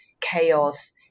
chaos